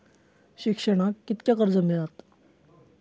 शिक्षणाक कीतक्या कर्ज मिलात?